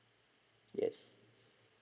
yes